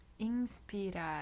Inspirar